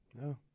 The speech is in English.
No